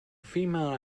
female